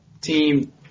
team